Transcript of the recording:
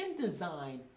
InDesign